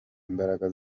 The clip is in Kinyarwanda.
imbaraga